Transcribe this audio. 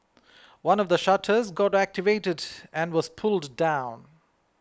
one of the shutters got activated and was pulled down